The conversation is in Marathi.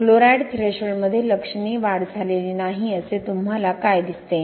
क्लोराईड थ्रेशोल्डमध्ये लक्षणीय वाढ झालेली नाही असे तुम्हाला काय दिसते